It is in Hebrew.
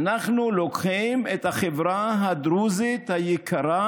שאנחנו לוקחים את החברה הדרוזית היקרה